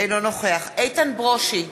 אינו נוכח איתן ברושי,